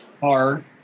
hard